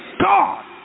God